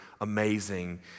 amazing